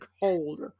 cold